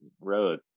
road